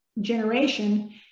generation